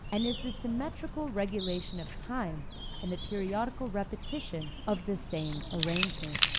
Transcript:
and is the symmetrical regulation of time and the periodical repetition of the same arrangement.